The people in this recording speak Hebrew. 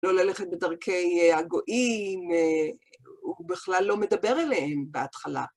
לא ללכת בדרכי הגויים, הוא בכלל לא מדבר אליהם בהתחלה.